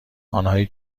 آنهایی